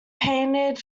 painted